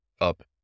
up